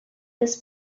this